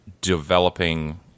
developing